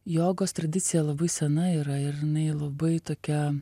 jogos tradicija labai sena yra ir jinai labai tokia